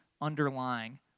underlying